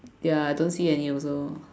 ya I don't see any also